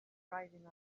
rising